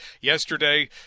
yesterday